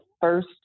first